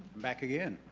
back again.